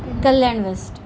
twinkle land west